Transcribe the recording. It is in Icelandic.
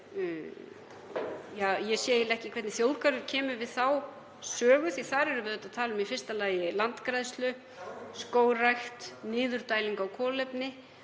eiginlega ekki hvernig þjóðgarður kemur við sögu því að þar erum við að tala um í fyrsta lagi landgræðslu, skógrækt, niðurdælingu á kolefni.